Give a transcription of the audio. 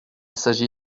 s’agit